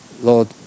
Lord